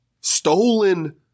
stolen